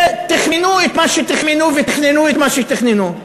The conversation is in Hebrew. ותכמנו את מה שתכמנו ותכננו את מה שתכננו,